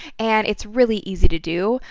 and it's really easy to do.